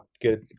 good